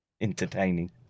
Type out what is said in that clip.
entertaining